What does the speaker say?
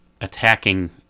attacking